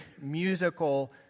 musical